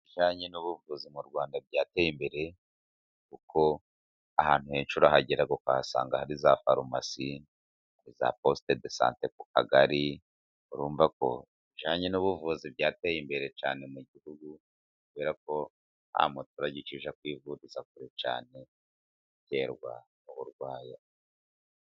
Ibijyanye n'ubuvuzi mu Rwanda byateye imbere, kuko ahantu henshi urahagera ugasanga hari za farumasi, za poste de sante, ku kagari urumva ko bijyananye n'ubuvuzi byateye imbere cyane mu gihugu, kubera ko muturage ukijya kwivuriza kure cyane, biterwa n'uburwayi.